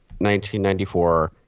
1994